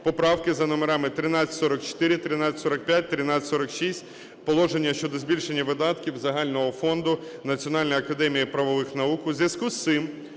поправки за номерами 1344, 1345, 1346, положення щодо збільшення видатків загального фонду Національної академії правових наук. У зв'язку з цим